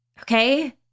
Okay